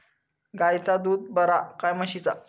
गायचा दूध बरा काय म्हशीचा?